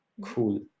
Cool